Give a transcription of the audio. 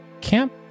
camp